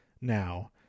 now